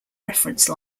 reference